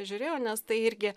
žiūrėjau nes tai irgi